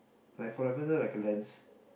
like for example like a lens